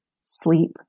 sleep